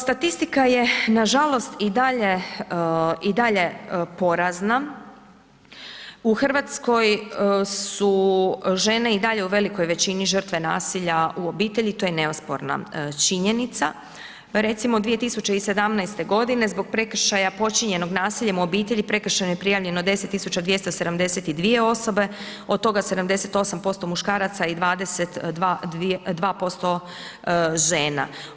Statistika je nažalost i dalje i dalje porazna, u RH su žene i dalje u velikoj većini žrtve nasilja u obitelji, to je neosporna činjenica, pa recimo 2017.g. zbog prekršaja počinjenog nasiljem u obitelji prekršajno je prijavljeno 10272 osobe, od toga 78% muškaraca i 22% žena.